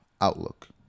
outlook